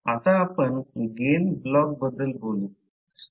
आता आपण gain block बद्दल बोलू